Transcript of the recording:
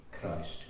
Christ